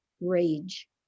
rage